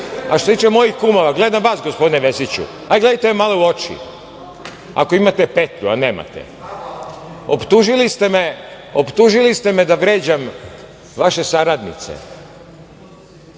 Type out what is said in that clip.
grad. Što se tiče mojih kumova, gledam vas, gospodine Vesiću, hajde gledajte me malo u oči, ako imate petlju, a nemate. Optužili ste me da vređam vaše saradnice,